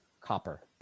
Copper